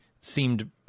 seemed